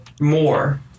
more